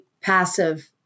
passive